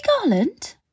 garland